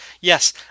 Yes